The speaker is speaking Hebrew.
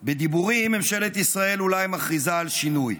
בדיבורים ממשלת ישראל אולי מכריזה על שינוי,